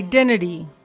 Identity